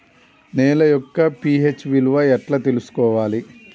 నేల యొక్క పి.హెచ్ విలువ ఎట్లా తెలుసుకోవాలి?